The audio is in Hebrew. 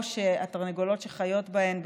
או שהתרנגולות שחיות בהן,